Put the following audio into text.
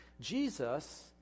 Jesus